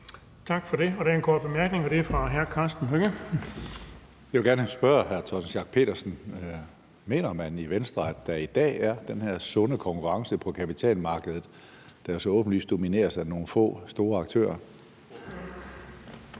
og det er fra hr. Karsten Hønge. Kl. 16:31 Karsten Hønge (SF): Jeg vil gerne spørge hr. Torsten Schack Pedersen, om Venstre mener, at der i dag er den her sunde konkurrence på kapitalmarkedet, der så åbenlyst domineres af nogle få store aktører.